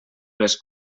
les